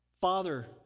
Father